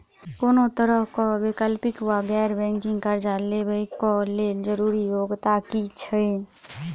कोनो तरह कऽ वैकल्पिक वा गैर बैंकिंग कर्जा लेबऽ कऽ लेल जरूरी योग्यता की छई?